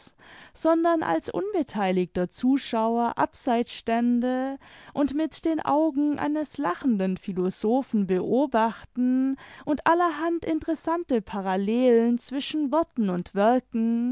sondern als unbeteiligter zuschauer abseits stände und mit den augen eines lachenden philosophen beobachten und allerhand interessante parallelen zwischen worten und werken